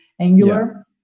Angular